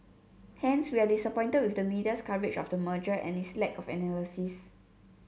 hence we are disappointed with the media's coverage of the merger and its lack of analysis